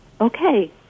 Okay